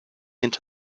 into